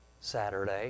Saturday